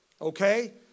Okay